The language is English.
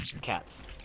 cats